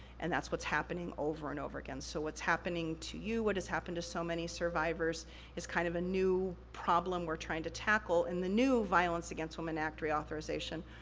and that's what's happening over and over again. so, what's happening to you, what has happened to so many survivors is kind of a new problem we're trying to tackle. and the new violence against women act reauthorization,